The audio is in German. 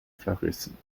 verrissen